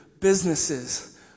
businesses